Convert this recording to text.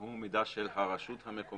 שהמידע הוא מידע של הרשות המקומית,